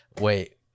Wait